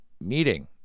meeting